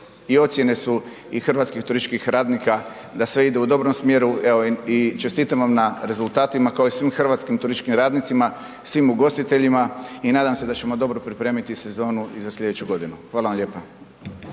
i ocjene su hrvatskih turističkih radnika da sve ide u dobrom smjeru, evo i čestitam vam na rezultatima kao i svim hrvatskim turističkim radnicima, svim ugostiteljima i nadam se da ćemo dobro pripremiti sezonu i za sljedeću godinu. Hvala vam lijepa.